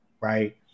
right